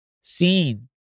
seen